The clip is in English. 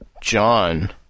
John